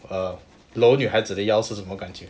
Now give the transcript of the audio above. err 搂女孩子的腰是什么感觉